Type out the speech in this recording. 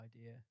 idea